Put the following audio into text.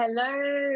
Hello